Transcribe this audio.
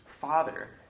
Father